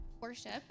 worship